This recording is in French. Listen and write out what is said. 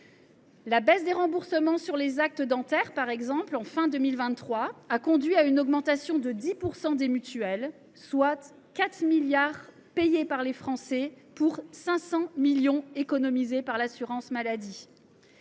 la baisse des remboursements sur les actes dentaires en fin d’année 2023 a conduit à une augmentation de 10 % des mutuelles, soit 4 milliards d’euros payés par les Français pour 500 millions économisés par l’assurance maladie.